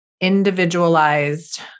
individualized